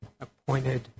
appointed